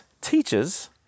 teachers